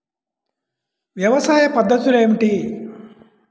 వ్యవసాయ పద్ధతులు ఏమిటి?